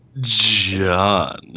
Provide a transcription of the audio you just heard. John